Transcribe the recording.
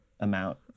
amount